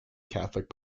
catholic